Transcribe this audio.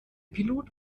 pilot